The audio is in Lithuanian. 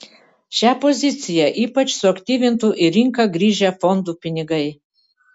šią poziciją ypač suaktyvintų į rinką grįžę fondų pinigai